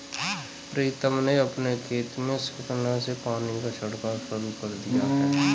प्रीतम ने अपने खेत में स्प्रिंकलर से पानी का छिड़काव शुरू कर दिया है